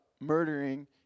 murdering